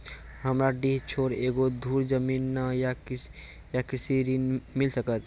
हमरा डीह छोर एको धुर जमीन न या कृषि ऋण मिल सकत?